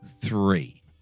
Three